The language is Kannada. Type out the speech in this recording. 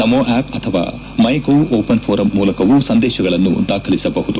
ನಮೋ ಆಪ್ ಅಥವಾ ಮೈಗೌ ಓಪನ್ ಫೋರಂ ಮೂಲಕವೂ ಸಂದೇತಗಳನ್ನು ದಾಖಲಿಸಬಹುದು